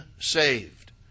saved